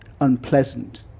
unpleasant